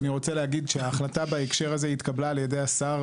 אני רוצה להגיד שההחלטה בהקשר הזה התקבלה על ידי השר.